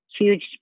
huge